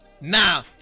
Now